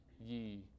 ye